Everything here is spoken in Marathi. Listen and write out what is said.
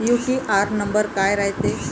यू.टी.आर नंबर काय रायते?